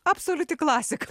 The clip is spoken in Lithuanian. absoliuti klasika